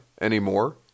anymore